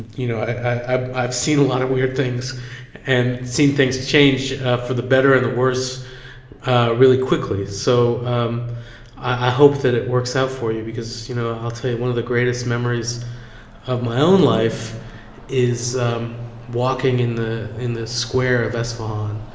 you know, i've i've seen a lot of weird things and seen things change for the better and the worse really quickly. so um i hope that it works out for you because, you know, i'll tell you, one of the greatest memories of my own life is um walking in the in the square of isfahan.